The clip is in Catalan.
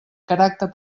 caràcter